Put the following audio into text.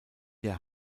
der